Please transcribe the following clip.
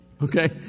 Okay